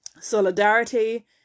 solidarity